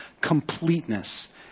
completeness